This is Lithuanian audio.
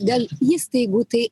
dėl įstaigų tai